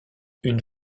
une